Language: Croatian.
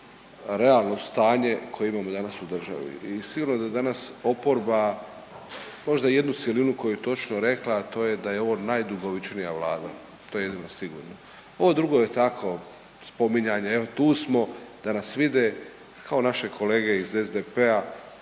realno stanje koje imamo danas u državi. I sigurno je da danas oporba možda jednu cjelinu koja je rekla, a to je da ovo najdugovječnija Vlada. To je jedino sigurno. Ovo drugo je tako spominjanje, evo tu smo da nas vide kao naše kolege iz SDP-a.